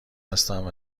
هستند